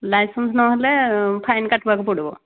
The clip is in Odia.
ଲାଇସେନ୍ସ ନହେଲେ ଫାଇନ୍ କାଟିବାକୁ ପଡ଼ିବ